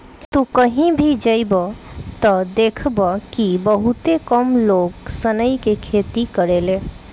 तू कही भी जइब त देखब कि बहुते कम लोग सनई के खेती करेले